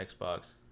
Xbox